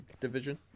division